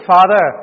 Father